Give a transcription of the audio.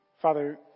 Father